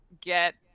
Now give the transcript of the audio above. get